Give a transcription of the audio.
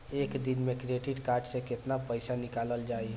एक दिन मे क्रेडिट कार्ड से कितना पैसा निकल जाई?